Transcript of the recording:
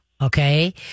Okay